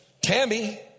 Tammy